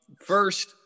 First